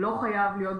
לא חייב להיות בבידוד,